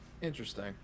Interesting